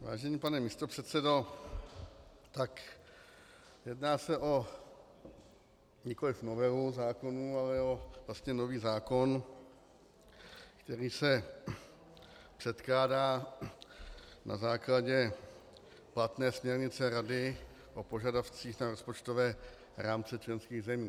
Vážený pane místopředsedo, jedná se nikoliv o novelu zákonů, ale vlastně o nový zákon, který se předkládá na základě platné směrnice Rady o požadavcích na rozpočtové rámce členských zemí.